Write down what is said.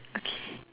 okay